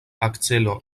akcelo